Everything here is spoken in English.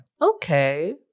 Okay